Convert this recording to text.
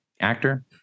Actor